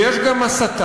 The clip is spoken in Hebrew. ויש גם הסתה,